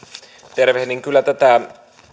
tervehdin kyllä tätä